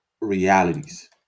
realities